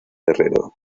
herrero